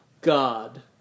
God